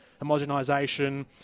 homogenisation